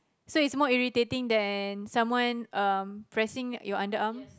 so is more irritating than someone um pressing your underarms